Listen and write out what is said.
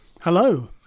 Hello